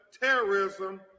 terrorism